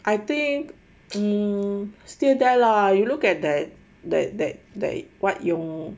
I think um still there lah you look at that that that what 永